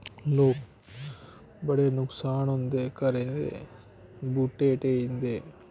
बड़े नकसान होंदे घरै दे बूह्टे ढेही जंदे